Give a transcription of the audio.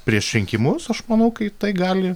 prieš rinkimus aš manau tai gali